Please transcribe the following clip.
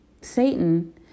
Satan